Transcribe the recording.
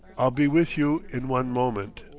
i'll be with you in one moment.